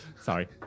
Sorry